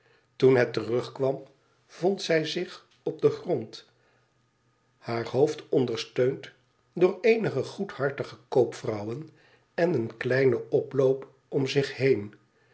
toen het terugkwam vond zij zich op den gond haar hoofd ondersteund door eenige goedhartige koopvrouwen en een kleinen oploop om zich heen